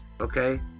Okay